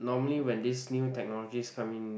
normally when this new technologies come in